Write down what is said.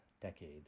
decade